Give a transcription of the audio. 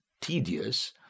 tedious